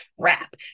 crap